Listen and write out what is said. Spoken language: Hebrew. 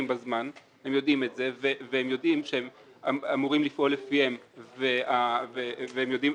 בזמן הם יודעים שהם אמורים לפעול לפיהם והם יודעים